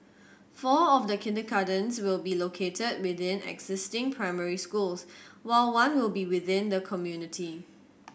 four of the kindergartens will be located within existing primary schools while one will be within the community